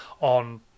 on